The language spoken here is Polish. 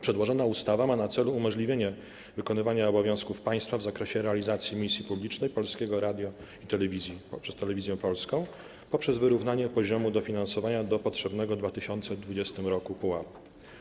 Przedłożona ustawa ma na celu umożliwienie wykonywania obowiązków państwa w zakresie realizacji misji publicznej Polskiego Radia i Telewizji Polskiej - przez Telewizję Polską - poprzez wyrównanie poziomu dofinansowania do potrzebnego w 2020 r. pułapu.